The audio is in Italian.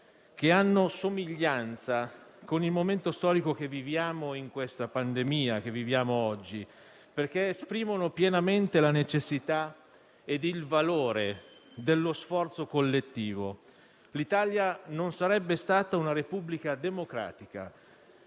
che hanno somiglianza con il momento storico che viviamo oggi, in questa pandemia, perché esprimono pienamente la necessità ed il valore dello sforzo collettivo. L'Italia non sarebbe stata una Repubblica democratica